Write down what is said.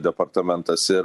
departamentas ir